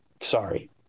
Sorry